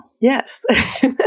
Yes